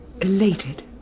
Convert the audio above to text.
Elated